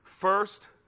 First